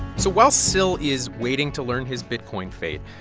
so while syl is waiting to learn his bitcoin fate,